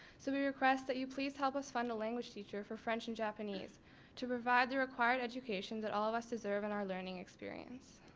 so we request that you please help us find a language teacher for french and japanese to provide the required education that all of us deserve in our learning experience.